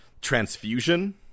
transfusion